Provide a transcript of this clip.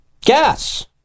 Gas